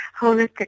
holistic